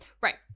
Right